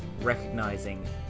recognizing